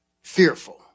fearful